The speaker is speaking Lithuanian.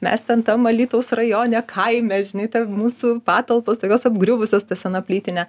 mes ten tam alytaus rajone kaime žinai ten mūsų patalpos tokios apgriuvusios ta sena plytinė